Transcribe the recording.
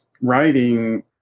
writing